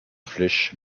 flèche